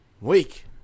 Week